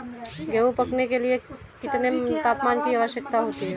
गेहूँ पकने के लिए कितने तापमान की आवश्यकता होती है?